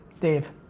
Dave